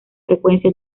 frecuencia